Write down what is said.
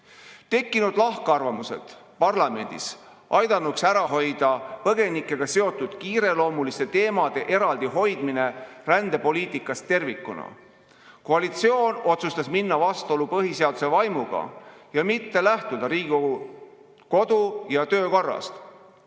Tekkinud lahkarvamused parlamendis aidanuks ära hoida põgenikega seotud kiireloomuliste teemade eraldi hoidmine rändepoliitikast tervikuna. Koalitsioon otsustas minna vastuollu põhiseaduse vaimuga ning mitte lähtuda Riigikogu kodu- ja töökorrast.